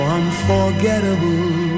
unforgettable